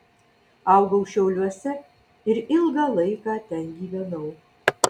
augau šiauliuose ir ilgą laiką ten gyvenau